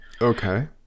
Okay